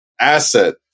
asset